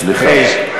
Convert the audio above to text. סליחה.